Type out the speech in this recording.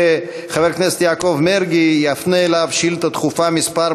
וחבר הכנסת יעקב מרגי יפנה אליו שאילתה דחופה מס'